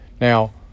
Now